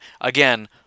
Again